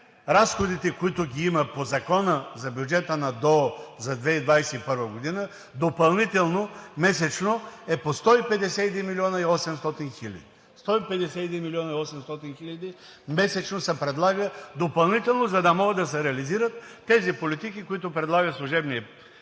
разходите, които ги има по Закона за бюджета на ДОО за 2021 г., допълнително месечно е по 151 милиона 800 хиляди. Сто петдесет и един милиона и осемстотин хиляди месечно се предлага допълнително, за да може да се реализират тези политики, които предлага служебният